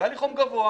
והיה לי חום גבוה,